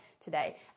today